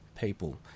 people